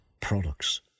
products